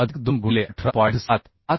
15 अधिक 2 गुणिले 18